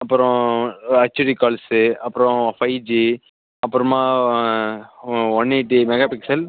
அப்பறம் HD calls அப்பறம் five G அப்புறமா ஒன் எய்ட்டி மெகா பிக்சல்